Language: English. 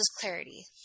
clarity